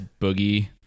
Boogie